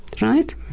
Right